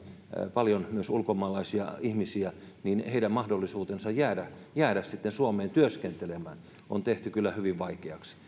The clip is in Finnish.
paljon myös ulkomaalaisia ihmisiä niin heidän mahdollisuutensa jäädä jäädä suomeen työskentelemään on tehty kyllä hyvin vaikeaksi